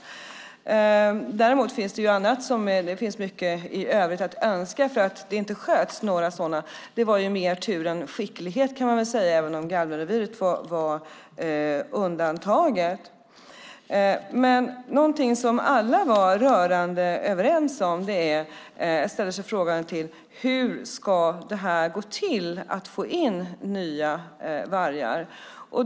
Däremot finns det annat där det finns mycket övrigt att önska. Att det inte sköts fler sådana var mer tur än skicklighet även om Galvenreviret var undantaget. Någonting som alla var rörande överens om var att ställa sig frågan: Hur ska det gå till att få in nya vargar?